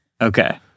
Okay